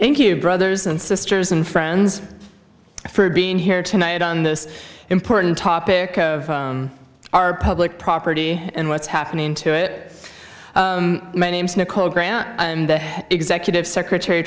thank you brothers and sisters and friends for being here tonight on this important topic of our public property and what's happening to it my name is nicole graham executive secretary